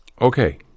Okay